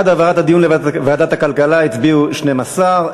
בעד העברת הדיון לוועדת הכלכלה הצביעו 12,